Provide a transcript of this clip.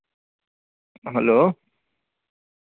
hello